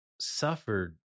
suffered